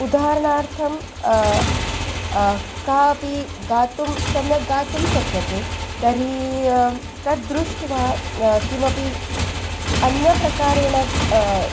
उदाहरणार्थं कापि गातुं सम्यक् गातुं शक्यते तर्हि तद्दृष्ट्वा किमपि अन्यप्रकारेण